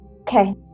Okay